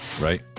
right